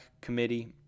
Committee